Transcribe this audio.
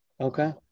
Okay